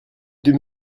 deux